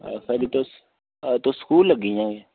अच्छा खरी तुस तुस स्कूल लगी दियां गै